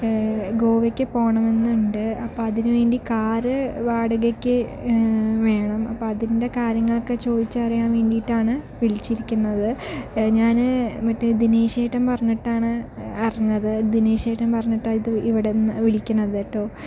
ഗോവക്ക് പോകണമെന്നുണ്ട് അപ്പം അതിന് വേണ്ടി കാറ് വാടകക്ക് വേണം അപ്പം അതിൻ്റെ കാര്യങ്ങളൊക്കെ ചോദിച്ചറിയാൻ വേണ്ടിട്ടാണ് വിളിച്ചിരിക്കുന്നത് ഞാന് മറ്റേ ദിനേശേട്ടൻ പറഞ്ഞിട്ടാണ് അറിഞ്ഞത് ദിനേശേട്ടൻ പറഞ്ഞിട്ടാണ് ഇത് ഇവിടുന്ന് വിളിക്കുന്നതുട്ടോ